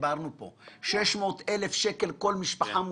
שדיברנו פה - 600 אלף שקל כל משפחה מושקעת.